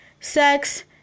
sex